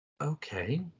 okay